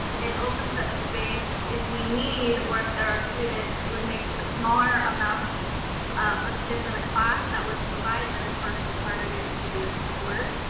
it opens up space if we need, or if there are students, it would make a smaller amount um of kids in a class that would provide them for some targeted student support.